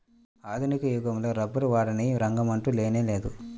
ఆధునిక యుగంలో రబ్బరు వాడని రంగమంటూ లేనేలేదు